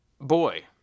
boy